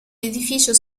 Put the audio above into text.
edificio